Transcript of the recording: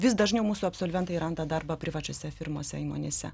vis dažniau mūsų absolventai randa darbą privačiose firmose įmonėse